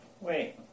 Wait